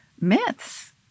myths